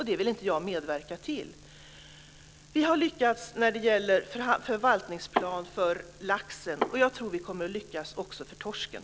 Det vill jag inte medverka till. Vi har lyckats när det gäller en förvaltningsplan för laxen. Jag tror att vi kommer att lyckas också när det gäller torsken.